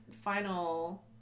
final